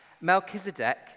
Melchizedek